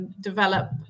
Develop